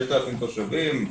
5,000 תושבים,